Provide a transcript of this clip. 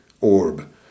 orb